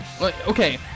Okay